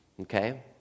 okay